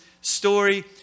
story